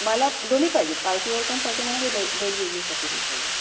मला दोन्ही पाहिजेत पार्टीवेअर पण पाहिजेल आणि डे डेली यूजेससाठी पण पाहिजेन